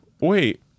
Wait